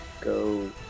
go